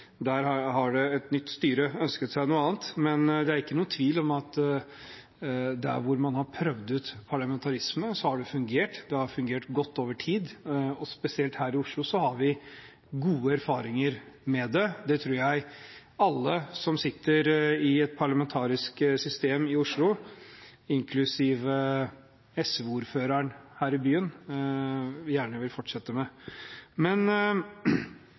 der har det nye styret ønsket seg noe annet. Men det er ikke noen tvil om at der hvor man har prøvd ut parlamentarisme, har det fungert, det har fungert godt over tid, og spesielt her i Oslo har vi gode erfaringer med det. Det tror jeg alle som jobber i et parlamentarisk system i Oslo, inklusiv SV-ordføreren her i byen, gjerne vil fortsette med.